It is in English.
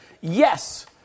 Yes